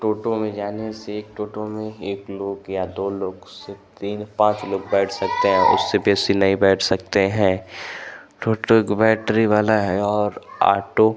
टोटो में जाने से टोटो में एक लोग या दो लोग उससे तीन पाँच लोग बैठ सकते हैं उससे बेसी नहीं बैठ सकते हैं टोटो को बैटरी वाला है और ऑटो